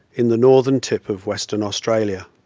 in the northern tip of western australia.